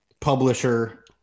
publisher